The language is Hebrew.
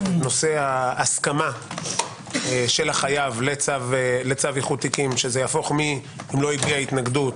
נושא ההסכמה של החייב לצו איחוד תיקים שיהפוך מלא הביע התנגדות